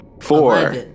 Four